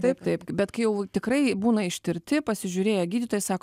taip taip bet kai jau tikrai būna ištirti pasižiūrėję gydytojai sako